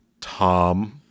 Tom